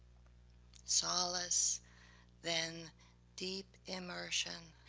solace then deep immersion.